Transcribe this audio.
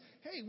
Hey